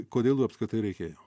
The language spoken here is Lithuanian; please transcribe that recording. kodėl jų apskritai reikėjo